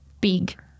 big